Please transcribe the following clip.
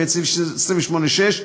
ואת סעיף 28(6),